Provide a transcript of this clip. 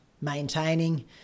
maintaining